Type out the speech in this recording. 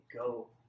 go